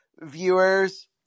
viewers